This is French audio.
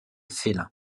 félin